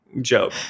joke